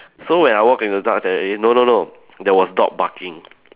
so when I walk into the dark alley no no no there was dog barking